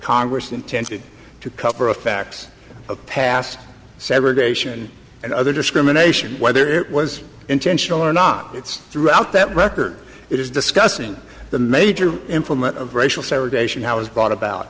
congress intended to cover a fax of past segregation and other discrimination whether it was intentional or not it's throughout that record it is discussing the major implement of racial segregation has brought about